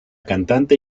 cantante